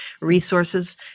resources